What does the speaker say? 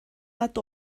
nad